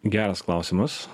geras klausimas